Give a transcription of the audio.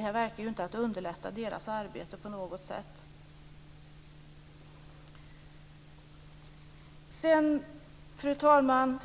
Det här verkar ju inte underlätta deras arbete på något sätt. Till sist, fru talman,